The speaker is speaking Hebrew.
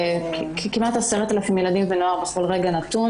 כמעט 10,000 ילדים ונוער בכל רגע נתון,